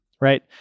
right